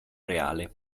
reale